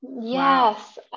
Yes